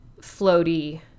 floaty